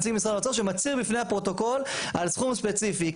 נציג משרד האוצר שמצהיר בפני הפרוטוקול על סכום ספציפי.